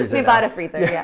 we bought a freezer. yeah